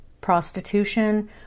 prostitution